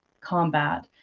combat